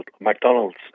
McDonald's